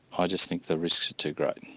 i just think the risks are too great.